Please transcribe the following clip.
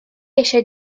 eisiau